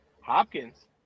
Hopkins